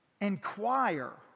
inquire